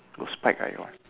got spike ah got